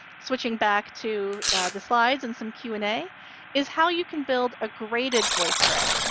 switching back to the slides and some q and a is how you can build a graded voicethread.